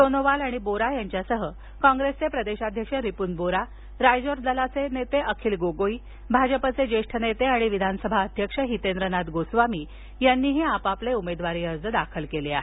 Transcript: सोनोवाल आणि बोरा यांच्यासह कॉंग्रेसचे प्रदेशाध्यक्ष रिपून बोरा रायजोर दलाचे नेते अखिल गोगोई भाजपचे ज्येष्ठ नेते आणि विधानसभा अध्यक्ष हितेंद्रनाथ गोस्वामी यांनी उमेदवारी अर्ज दाखल केले आहेत